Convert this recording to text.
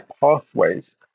pathways